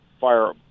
fire